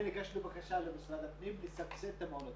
הגשנו בקשה למשרד הפנים לסבסד את המעונות.